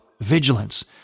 vigilance